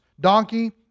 donkey